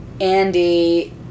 Andy